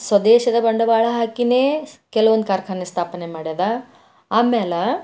ಸ್ವದೇಶದ ಬಂಡವಾಳ ಹಾಕಿಯೇ ಕೆಲವೊಂದು ಕಾರ್ಖಾನೆ ಸ್ಥಾಪನೆ ಮಾಡ್ಯದ ಆಮೇಲೆ